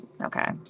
Okay